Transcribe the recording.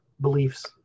beliefs